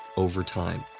over time.